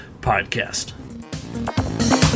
podcast